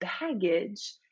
baggage